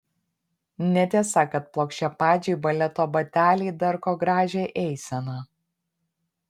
netiesa kad plokščiapadžiai baleto bateliai darko gražią eiseną